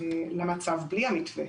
בלי המתווה.